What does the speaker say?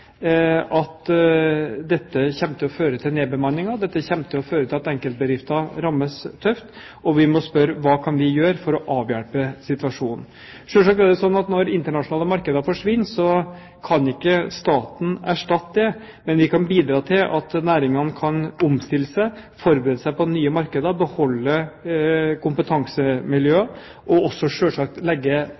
at dette kommer til å føre til nedbemanninger, dette kommer til å føre til at enkeltbedrifter rammes tøft. Og vi må spørre: Hva kan vi gjøre for å avhjelpe situasjonen? Selvsagt er det slik at når internasjonale markeder forsvinner, kan ikke staten erstatte det, men vi kan bidra til at næringene kan omstille seg, forberede seg på nye markeder, beholde kompetansemiljøer og også selvsagt legge